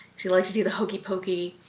she loved to do the hokey pokey.